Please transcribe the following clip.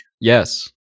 Yes